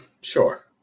Sure